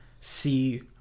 see